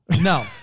No